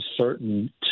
certain